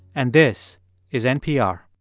and this is npr